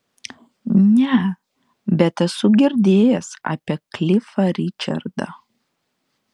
ne bet esu girdėjęs apie klifą ričardą